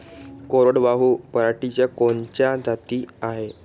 कोरडवाहू पराटीच्या कोनच्या जाती हाये?